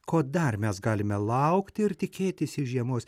ko dar mes galime laukti ir tikėtis iš žiemos